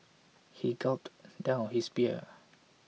he gulped down his beer